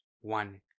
one